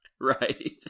Right